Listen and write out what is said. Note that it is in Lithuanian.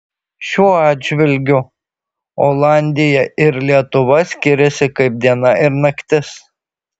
šiuo atžvilgiu olandija ir lietuva skiriasi kaip diena ir naktis